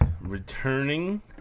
Returning